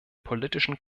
politischen